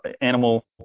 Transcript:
animal